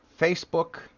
Facebook